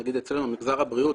נגיד אצלנו במשרד הבריאות,